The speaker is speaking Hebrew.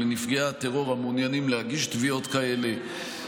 לנפגעי הטרור המעוניינים להגיש תביעות כאלה.